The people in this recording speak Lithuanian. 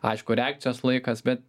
aišku reakcijos laikas bet